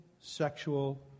sexual